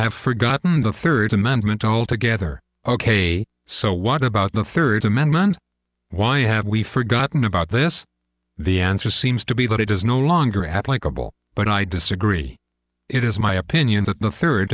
have forgotten the third amendment altogether ok so so what about the third amendment why have we forgotten about this the answer seems to be that it is no longer applicable but i disagree it is my opinion that the third